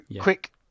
quick